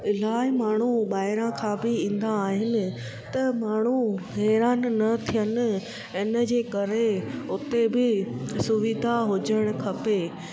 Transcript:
इलाही माण्हू ॿाहिरां खां बि ईंदा आहिनि त माण्हू हैरान न थियनि इन जे करे उते बि सुविधा हुजणु खपे